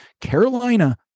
Carolina